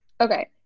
Okay